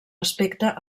aspecte